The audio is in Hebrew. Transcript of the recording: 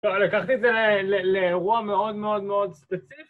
לקחתי את זה לאירוע מאוד מאוד מאוד ספציפי